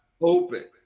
open